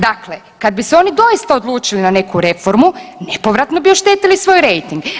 Dakle, kad bi se oni doista odlučili na neku reformu nepotrebno bi oštetili svoj rejting.